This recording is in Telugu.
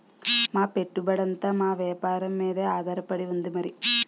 మా పెట్టుబడంతా మా వేపారం మీదే ఆధారపడి ఉంది మరి